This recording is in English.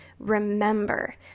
Remember